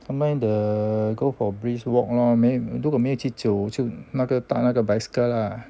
sometimes the go for brisk walk lor 没如果没有去走就那个踏那个 bicycle lah